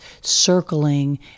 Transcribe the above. circling